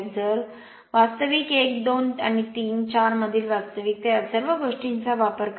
तर जर वास्तविक 1 2 आणि 3 4 मधील वास्तविकता या सर्व गोष्टींचा वापर करा